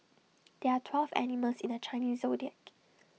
there are twelve animals in the Chinese Zodiac